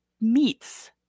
meats